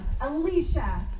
Alicia